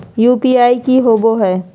UPI की होबो है?